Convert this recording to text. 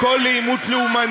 אתם הופכים הכול לעימות לאומני.